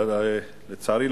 לצערי,